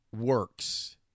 works